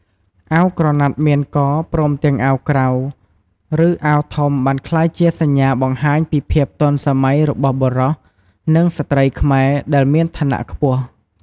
អាវក្រណាត់មានក ព្រមទាំងអាវក្រៅ ឬ អាវធំបានក្លាយជាសញ្ញាបង្ហាញពីភាពទាន់សម័យរបស់បុរស និងស្ត្រីខ្មែរដែលមានឋានៈខ្ពស់។